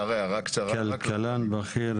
כלכלן בכיר